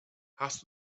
hast